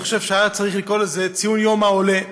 אני חושב שהיה צריך לקרוא לזה יום העולה,